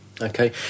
Okay